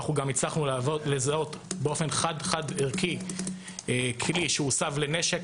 אנחנו גם הצלחנו לזהות באופן חד-חד ערכי כלי שהוסב לנשק,